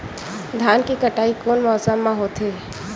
धान के कटाई कोन मौसम मा होथे?